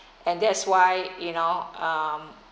and that's why you know um